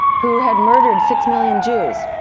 who had murdered six million jews.